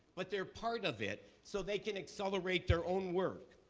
but they're part of it so they can accelerate their own work.